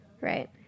right